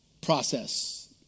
process